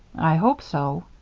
i hope so.